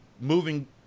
moving